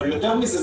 אבל יותר מזה,